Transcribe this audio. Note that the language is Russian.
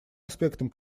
аспектом